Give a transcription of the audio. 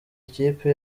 ikipe